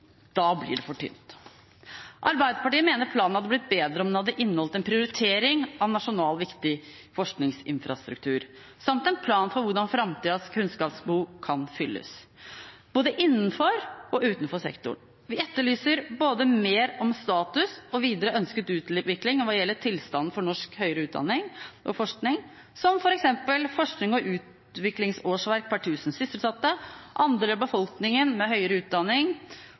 Da blir det for tynt. Arbeiderpartiet mener planen hadde blitt bedre om den hadde inneholdt en prioritering av nasjonalt viktig forskningsinfrastruktur, samt en plan for hvordan framtidas kunnskapsbehov kan fylles både innenfor og utenfor sektoren. Vi etterlyser også mer om status og videre ønsket utvikling hva gjelder tilstanden for norsk høyere utdanning og forskning, som f.eks. FoU-årsverk per 1 000 sysselsatt, andelen av befolkningen med høyere utdanning,